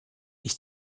ich